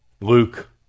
Luke